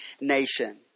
nation